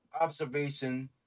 observation